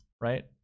right